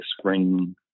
spring